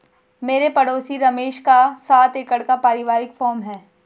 मेरे पड़ोसी रमेश का सात एकड़ का परिवारिक फॉर्म है